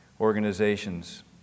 organizations